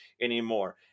anymore